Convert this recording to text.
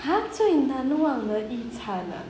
!huh! 最难忘的一餐 ah